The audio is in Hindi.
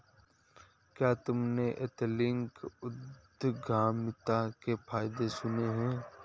क्या तुमने एथनिक उद्यमिता के फायदे सुने हैं?